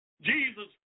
Jesus